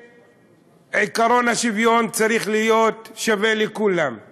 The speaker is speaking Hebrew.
שעקרון השוויון צריך להיות לכולם,